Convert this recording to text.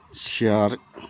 chair